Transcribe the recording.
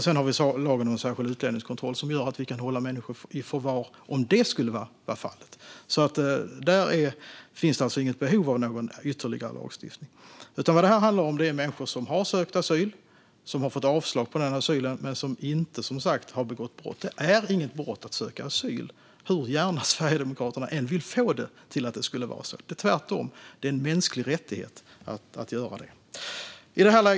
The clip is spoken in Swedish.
Sedan har vi lagen om särskild utlänningskontroll som gör att vi kan hålla människor i förvar om det skulle vara fallet. Där finns det alltså inget behov av någon ytterligare lagstiftning. Vad det här handlar om är människor som har sökt asyl och som har fått avslag på den ansökan men som inte har begått brott. Det är inget brott att söka asyl hur gärna Sverigedemokraterna än vill få det till att det skulle vara så. Det är tvärtom en mänsklig rättighet att göra det.